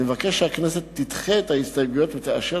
אני מבקש שהכנסת תדחה את ההסתייגויות ותאשר